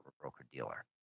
broker-dealer